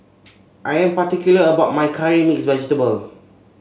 I am particular about my curry mix vegetable